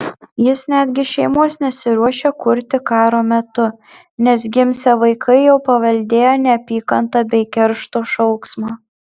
jis netgi šeimos nesiruošia kurti karo metu nes gimsią vaikai jau paveldėję neapykantą bei keršto šauksmą